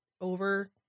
over